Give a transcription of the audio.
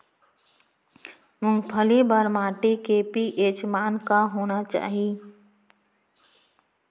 मूंगफली बर माटी के पी.एच मान का होना चाही?